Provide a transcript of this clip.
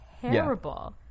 terrible